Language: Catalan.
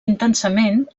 intensament